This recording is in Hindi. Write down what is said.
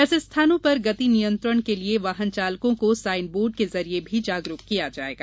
ऐसे स्थानों पर गति नियंत्रण के लिये वाहन चालकों को साइन बोर्ड के जरिये भी जागरूक किया जायेगा